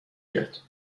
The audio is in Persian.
بیاد